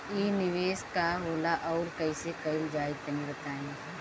इ निवेस का होला अउर कइसे कइल जाई तनि बताईं?